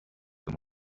them